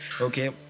Okay